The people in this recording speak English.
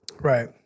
Right